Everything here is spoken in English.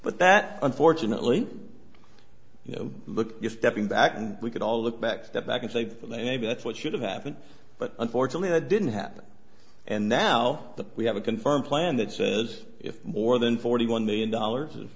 but that unfortunately you know look you're stepping back and we could all look back step back and say for the and maybe that's what should have happened but unfortunately that didn't happen and now that we have a confirmed plan that says if more than forty one million dollars